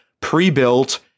pre-built